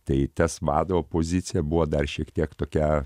tai tas vado pozicija buvo dar šiek tiek tokia